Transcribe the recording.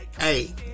hey